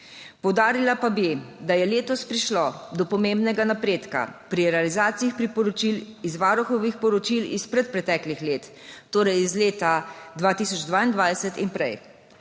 Poudarila pa bi, da je letos prišlo do pomembnega napredka pri realizaciji priporočil iz Varuhovih poročil iz predpreteklih let, torej iz leta 2022 in prej.